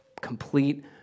complete